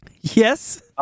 Yes